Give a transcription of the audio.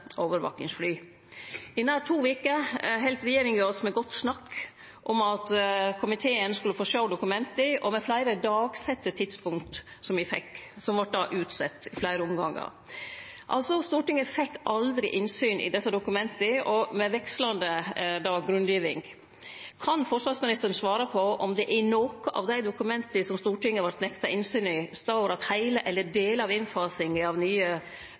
overvakingsfly. I nær to veker heldt regjeringa oss med godt snakk om at komiteen skulle få sjå dokumenta, og fleire dagsette tidspunkt me fekk, vart utsette, i fleire omgangar. Stortinget fekk aldri innsyn i desse dokumenta og med vekslande grunngiving. Kan forsvarsministeren svare på om det i nokon av dei dokumenta som Stortinget vart nekta innsyn i, står at heile eller delar av innfasinga av nye